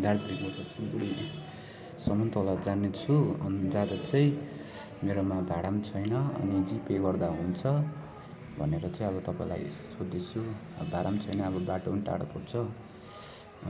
दार्जिलिङबाट सिलगढीसम्म तल जानेछु अनि जाँदा चाहिँ मेरोमा भाडा पनि छैन अनि जिपे गर्दा हुन्छ भनेर चाहिँ अब तपाईँलाई सोध्दैछु अब भाडा पनि छैन अब बाटो पनि टाढाको छ